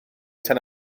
tan